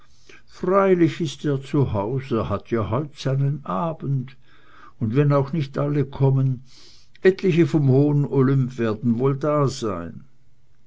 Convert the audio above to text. freilich ist er zu haus er hat ja heut seinen abend und wenn auch nicht alle kommen etliche vom hohen olymp werden wohl dasein